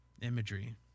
imagery